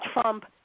Trump